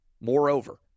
Moreover